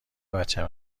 بچم